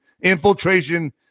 infiltration